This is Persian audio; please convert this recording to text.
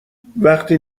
وقتی